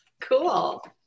cool